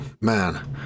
man